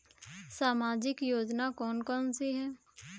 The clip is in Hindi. सामाजिक योजना कौन कौन सी हैं?